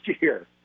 year